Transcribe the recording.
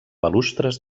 balustres